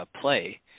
play